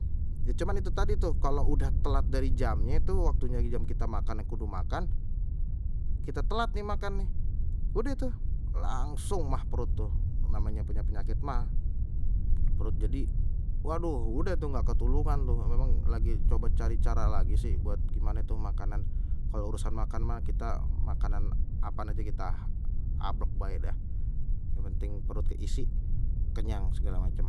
Ya cuman itu tadi tuh kalau udah telat dari jamnye tu waktunye jam kita makan ya kudu makan, kita telat nih makan nih udeh tu langsung maag perut tuh. Namanye punya peyakit maag perut jadi waduh udeh tu nggak ketulungan tuh, memang lagi coba cari cara lagi sih buat gimane tuh makanan kalau urusan makan mah kita makanan apaan aja kita habeg bae dah, yang penting perut keisi, kenyang segala macem.